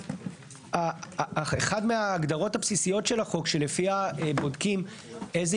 אחת מההגדרות הבסיסיות של החוק שלפיה בודקים איזה